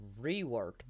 reworked